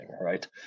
Right